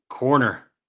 Corner